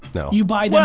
no. you buy them